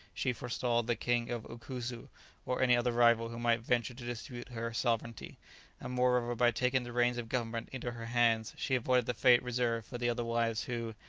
she forestalled the king of ukusu or any other rival who might venture to dispute her sovereignty and moreover, by taking the reins of government into her hands she avoided the fate reserved for the other wives who,